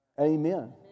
Amen